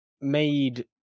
made